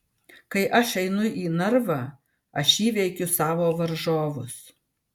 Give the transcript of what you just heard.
kai aš einu į narvą aš įveikiu savo varžovus